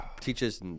teaches